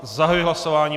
Zahajuji hlasování.